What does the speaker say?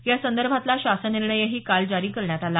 यासंदर्भातील शासन निर्णयही काल जारी करण्यात आला